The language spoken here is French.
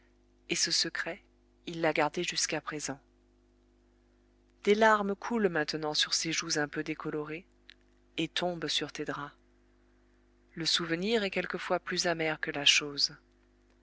et ce secret il l'a gardé jusqu'à présent des larmes coulent maintenant sur ses joues un peu décolorées et tombent sur tes draps le souvenir est quelquefois plus amer que la chose